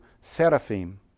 seraphim